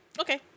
Okay